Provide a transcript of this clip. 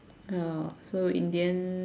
ya so in the end